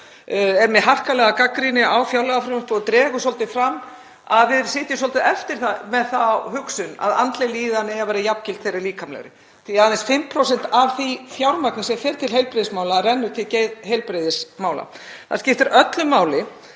er með harkalega gagnrýni á fjárlagafrumvarpið og dregur fram að við sitjum svolítið eftir með þá hugsun að andleg líðan verði jafngild þeirri líkamlegu, því að aðeins 5% af því fjármagni sem fer til heilbrigðismála renna til geðheilbrigðismála. Það skiptir öllu máli